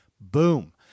Boom